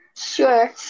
Sure